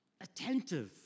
attentive